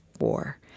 war